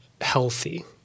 healthy